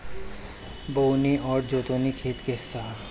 बोअनी आ जोतनी खेती के हिस्सा ह